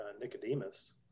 Nicodemus